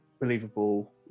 believable